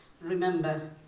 remember